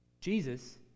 Jesus